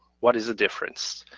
what is the difference?